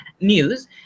news